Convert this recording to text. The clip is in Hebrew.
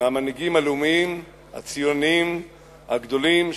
מהמנהיגים הלאומיים הציונים הגדולים,